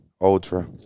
Ultra